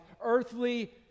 Earthly